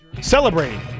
celebrating